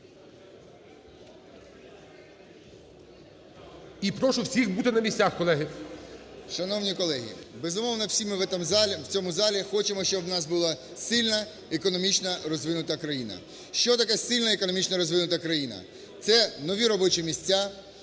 І прошу всіх бути на місцях, колеги. 13:48:57 РИБАЛКА С.В. Шановні колеги! Безумовно, всі ми в цьому залі хочемо, щоб у нас була сильна, економічно розвинута країна. Що таке сильна, економічно розвинута країна? Це нові робочі місця,